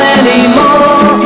anymore